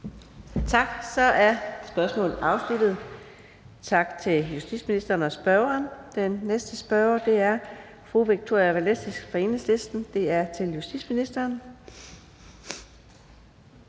Tak. Så er spørgsmålet afsluttet. Tak til justitsministeren og spørgeren. Den næste spørger er fru Victoria Velasquez fra Enhedslisten med et spørgsmål til justitsministeren.